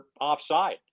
offside